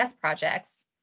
projects